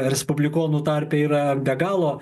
respublikonų tarpe yra be galo